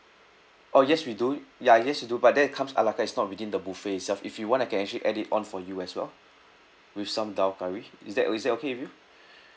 oh yes we do ya ah yes we do but then it comes a la carte it's not within the buffet itself if you want I can actually add it on for you as well with some dhal curry is that is that okay with you